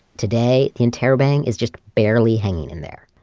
today, the interrobang it's just barely hanging in there.